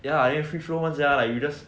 ya free flow [one] sia like you just